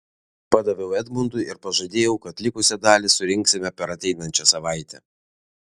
padaviau edmundui ir pažadėjau kad likusią dalį surinksime per ateinančią savaitę